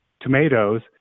tomatoes